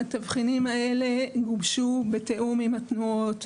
התבחינים האלה גובשו בתיאום עם התנועות.